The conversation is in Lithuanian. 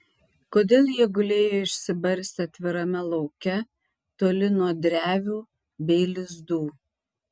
kodėl jie gulėjo išsibarstę atvirame lauke toli nuo drevių bei lizdų